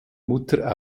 mutter